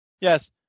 Yes